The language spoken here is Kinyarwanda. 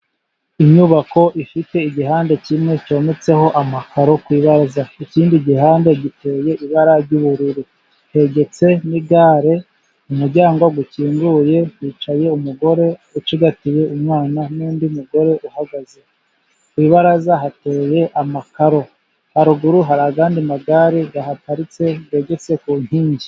Inyubako ifite igihande kimwe cyometseho amakaro ku ibaraza. Ikindi gihande giteye ibara ry'ubururu, hegetse n'igare. Umuryango ukinguye, hicaye umugore usigatiye umwana n'undi mugore uhagaze. Ku ibaraza hateye amakaro, haruguru hari andi magare aparitse begetse ku nkingi.